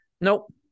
nope